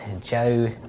Joe